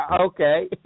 Okay